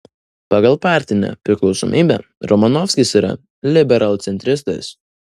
pagal partinę priklausomybę romanovskis yra liberalcentristas